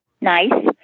nice